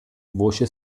voce